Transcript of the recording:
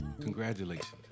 congratulations